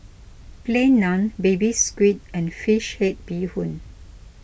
Plain Naan Baby Squid and Fish Head Bee Hoon